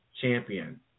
champion